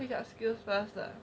keep up skills fast ah